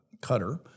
Cutter